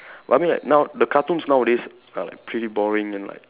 well I mean like now the cartoons nowadays are like pretty boring and like